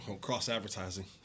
cross-advertising